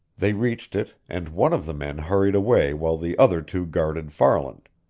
they reached it, and one of the men hurried away while the other two guarded farland.